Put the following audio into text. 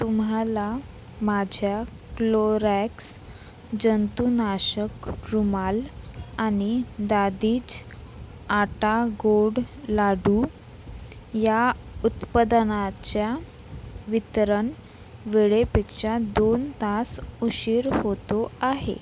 तुम्हाला माझ्या क्लोरॅक्स जंतुनाशक रुमाल आणि दादीज आटा गोड लाडू या उत्पादनाच्या वितरण वेळेपेक्षा दोन तास उशीर होतो आहे